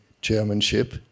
chairmanship